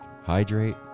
Hydrate